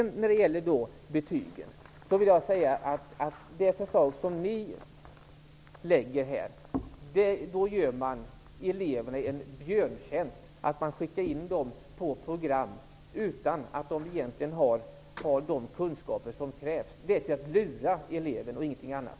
När det gäller betygen vill jag säga att man med det förslag som Socialdemokraterna här lägger fram gör eleverna en björntjänst. Om man skickar in elever på program utan att de har de kunskaper som krävs lurar man dem, ingenting annat.